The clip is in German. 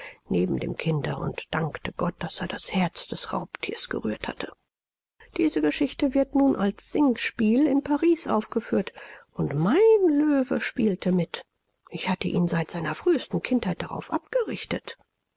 neben dem kinde und dankte gott daß er das herz des raubthiers gerührt hatte diese geschichte wird nun als singspiel in paris aufgeführt und mein löwe spielte mit ich hatte ihn seit seiner frühesten kindheit darauf abgerichtet